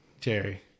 Jerry